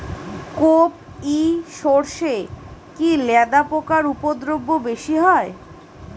কোপ ই সরষে কি লেদা পোকার উপদ্রব বেশি হয়?